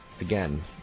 again